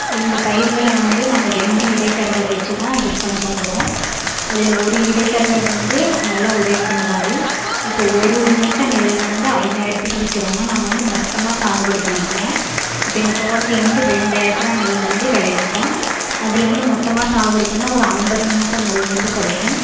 எங்கள் பயிர்களை வந்து நாங்கள் ரெண்டு இடைத்தரகர் வச்சுதான் விற்பனை பண்ணுவோம் அதில் ஒரு இடைத்தரகர் வந்து நல்லா உதவி பண்ணுவார் இப்போ ஒரு மூட்டை நெல் வந்து ஐயாயிரத்துக்கு விற்கிறோன்னா நாங்கள் வந்து மொத்தமாக சாகுபடி பண்ணிக்குவோம் இப்போ எங்கள் தோட்டத்தில் வந்து ரெண்டு ஏக்கரா நெல் வந்து விளைவிப்போம் அதில் வந்து மொத்தமாக சாகுபடி பண்ணால் ஒரு ஐம்பது மூட்டை நெல் வந்து கிடைக்கும்